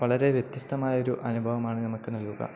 വളരെ വ്യത്യസ്തമായ ഒരു അനുഭവമാണ് നമുക്കു നൽകുക